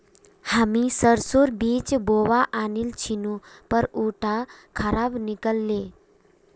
हामी सरसोर बीज बोवा आनिल छिनु पर उटा खराब निकल ले